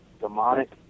demonic